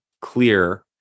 clear